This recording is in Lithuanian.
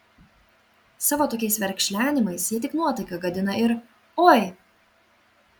savo tokiais verkšlenimais jie tik nuotaiką gadina ir oi